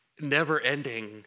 never-ending